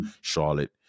Charlotte